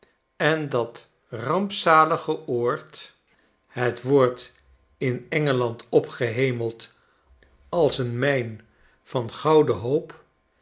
en dat rampzalige oord het wordt in e n g e a n d opgehemeld als een mijn van gouden hoop